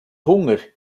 hunger